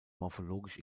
morphologisch